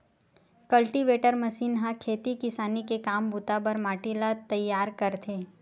cultivator machine ह खेती किसानी के काम बूता बर माटी ल तइयार करथे